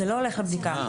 זה לא הולך לבדיקה.